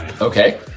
Okay